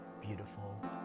beautiful